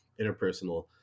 interpersonal